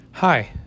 Hi